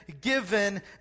given